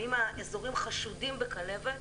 ועם אזורים חשודים בכלבת,